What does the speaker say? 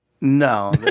No